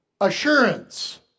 assurance